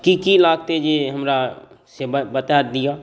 की की लागतै जे हमरा से बता दिअ